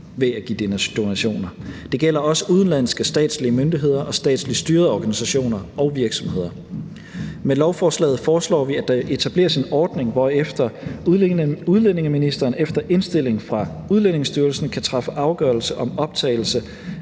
ved at give donationer. Det gælder også udenlandske statslige myndigheder og statsligt styrede organisationer og virksomheder. Med lovforslaget foreslår vi, at der etableres en ordning, hvorefter udlændingeministeren efter indstilling fra Udlændingestyrelsen kan træffe afgørelse om optagelse